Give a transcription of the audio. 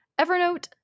Evernote